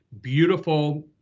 beautiful